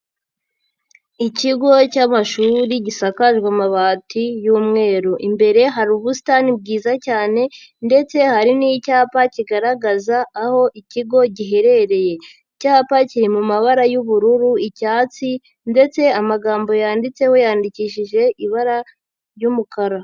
Ikigo cy'amashuri gisakaje amabati y'umweru, imbere hari ubusitani bwiza cyane ndetse hari n'icyapa kigaragaza aho ikigo giherereye, icyapa kiri mu mabara y'ubururu, icyatsi ndetse amagambo yanditseho yandikishije ibara ry'umukara.